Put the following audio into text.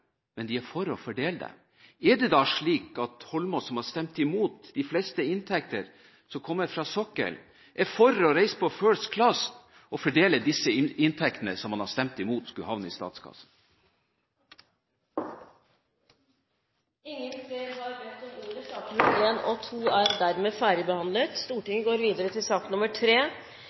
men de er for å fordele dem. Er det da slik at statsråd Eidsvoll Holmås, som har stemt imot de fleste inntekter som kommer fra sokkelen, er for å reise på «first class» og fordele disse inntektene som han har stemt imot skulle havne i statskassen? Flere har ikke bedt om ordet til sakene nr. 1 og